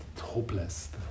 hopeless